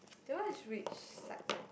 that one is which psych mod